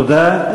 תודה.